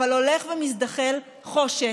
הולך ומזדחל חושך.